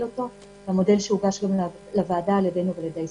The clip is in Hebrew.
אותו המודל שהוגש גם לוועדה על ידינו ועל-ידי ההסתדרות.